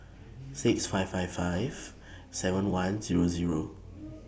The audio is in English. six five five five seven one Zero Zero